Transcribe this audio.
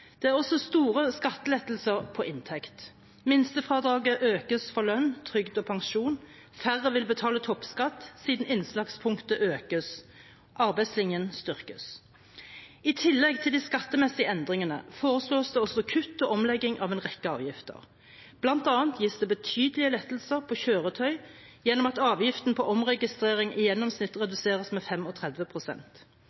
Det er også store skattelettelser på inntekt. Minstefradraget økes for lønn, trygd og pensjon. Færre vil betale toppskatt siden innslagspunktet økes. Arbeidslinjen styrkes. I tillegg til de skattemessige endringene foreslås det også kutt og omlegging av en rekke avgifter. Blant annet gis det betydelige lettelser på kjøretøy gjennom at avgiften på omregistrering i gjennomsnitt